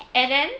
and then